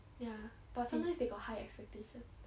ya but sometimes they got high expectation